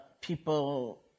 people